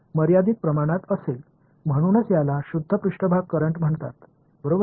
எனவே அதனால் தான் பியூா் சா்பேஸ் கரண்ட் என்று அழைக்கப்படுகிறது